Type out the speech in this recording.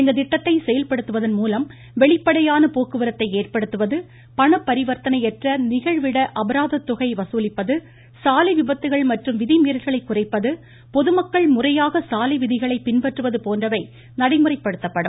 இந்த திட்டத்தை செயல்படுத்துவதன் மூலம் வெளிப்படையான போக்குவரத்தை ஏற்படுத்துவது பணப்பரிவர்த்தனையற்ற நிகழ்விட அபராத தொகை வசூலிப்பது சாலை விபத்துக்கள் மற்றும் விதிமீறல்களை குறைப்பது பொதுமக்கள் முறையாக சாலை விதிகளை பின்பற்றுவது போன்றவை நடைமுறைப்படுத்தப்படும்